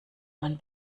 man